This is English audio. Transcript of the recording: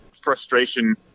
frustration